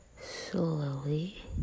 slowly